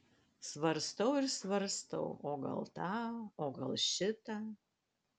svarstau ir svarstau o gal tą o gal šitą